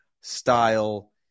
style